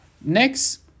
Next